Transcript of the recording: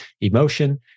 emotion